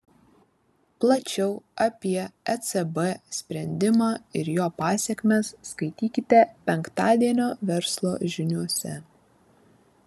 plačiau apie ecb sprendimą ir jo pasekmes skaitykite penktadienio verslo žiniose